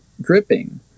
Dripping